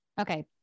Okay